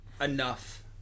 enough